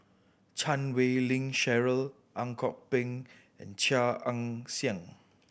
Chan Wei Ling Cheryl Ang Kok Peng and Chia Ann Siang